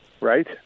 right